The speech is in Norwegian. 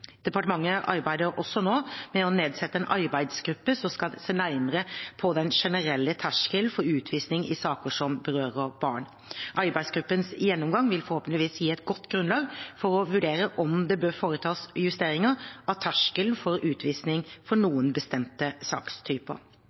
Departementet arbeider også med å nedsette en arbeidsgruppe som skal se nærmere på den generelle terskelen for utvisning i saker som berører barn. Arbeidsgruppens gjennomgang vil forhåpentligvis gi et godt grunnlag for å vurdere om det bør foretas justeringer av terskelen for utvisning for noen bestemte sakstyper.